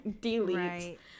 delete